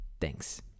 thanks